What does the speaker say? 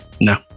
No